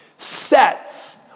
Sets